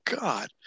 god